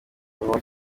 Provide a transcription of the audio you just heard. muriro